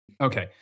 Okay